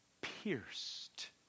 pierced